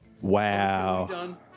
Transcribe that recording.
wow